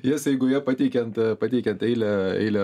jas eigoje pateikiant pateikiant eilę eilę